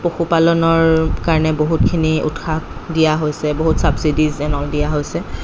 পশু পালনৰ কাৰণে বহুতখিনি উৎসাহ দিয়া হৈছে বহুত চাবছিডিজ এণ্ড অল দিয়া হৈছে